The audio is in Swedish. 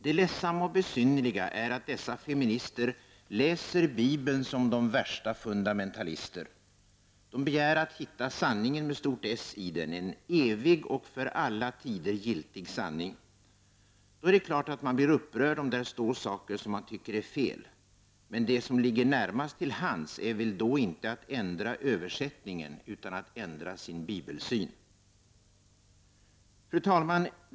Det ledsamma och besynnerliga är att dessa feminister läser Bibeln som de värsta fundamentalister. De begär att hitta Sanningen, sanningen med stort S, i den — en evig och för alla tider giltig sanning. Då är det klart att man blir upprörd om där står saker som man tycker är fel. Det som ligger närmast till hands är väl då emellertid inte att ändra översättningen, utan att ändra bibelsynen? Fru talman!